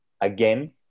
again